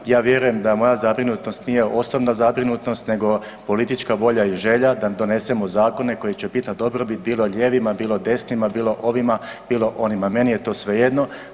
Ja vjerujem da moja zabrinutost nije osobna zabrinutost nego politička volja i želja da donesemo zakone koji će biti na dobrobit bilo lijevima, bilo desnima, bilo ovima, bilo onima, meni je to svejedno.